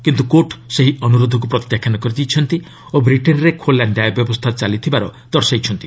କିନ୍ତୁ କୋର୍ଟ ଏହି ଅନୁରୋଧକୁ ପ୍ରତ୍ୟାଖ୍ୟାନ କରିଦେଇଛନ୍ତି ଓ ବ୍ରିଟେନ୍ରେ ଖୋଲା ନ୍ୟାୟ ବ୍ୟବସ୍ଥା ଚାଲ୍ରଥିବାର ଦର୍ଶାଇଛନ୍ତି